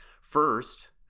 First